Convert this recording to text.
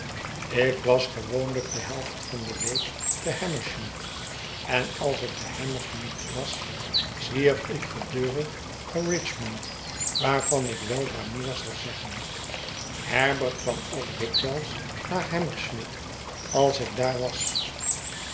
ik was gewoonlijk de helft van de week te hammersmith en als ik te hammersmith was zwierf ik gedurig naar richmond waarvan ik weldra meer zal zeggen herbert kwam ook dikwijls naar hammersmith als ik daar was